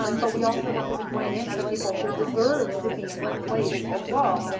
um but we also wanted to bring in other people who deserved to be in that place as well.